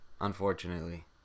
unfortunately